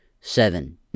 Seven